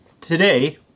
today